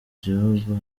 gihugu